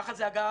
ככה זה אגב